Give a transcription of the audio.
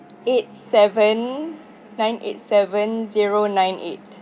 eight seven nine eight seven zero nine eight